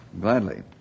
Gladly